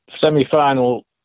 semi-final